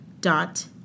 dot